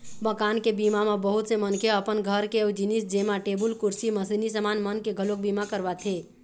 मकान के बीमा म बहुत से मनखे ह अपन घर के अउ जिनिस जेमा टेबुल, कुरसी, मसीनी समान मन के घलोक बीमा करवाथे